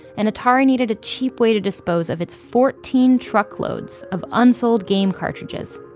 and atari needed a cheap way to dispose of its fourteen truckloads of unsold game cartridges.